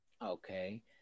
Okay